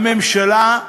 הממשלה,